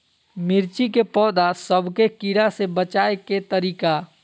मिर्ची के पौधा सब के कीड़ा से बचाय के तरीका?